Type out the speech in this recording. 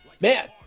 man